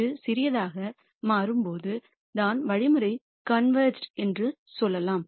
இது சிறியதாக மாறும் போது தான் வழிமுறை குவிந்துவிட்டது என்று சொல்லலாம்